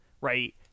right